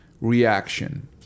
reaction